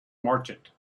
merchant